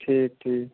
ٹھیٖک ٹھیٖک